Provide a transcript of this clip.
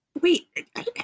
Wait